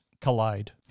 collide